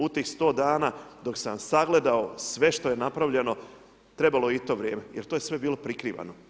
U tih 100 dana dok sam sagledao sve što je napravljeno, trebalo je i to vrijeme jer to je sve bilo prikrivano.